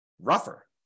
rougher